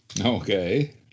Okay